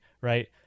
right